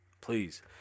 please